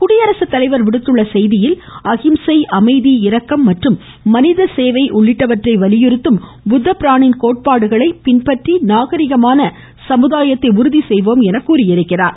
குடியரசுத்தலைவர் விடுத்துள்ள செய்தியில் அகிம்சை அமைதி இரக்கம் மற்றும் மனித சேவை உள்ளிட்டவற்றை வலியுறுத்தும் புத்தபிராணின் கோட்பாடுகளைப் பின்பற்றி நாகரிகமான சமுதாயத்தை உறுதி செய்வோம் என கூறியுள்ளார்